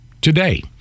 today